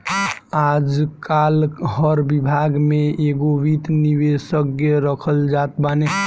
आजकाल हर विभाग में एगो वित्त विशेषज्ञ रखल जात बाने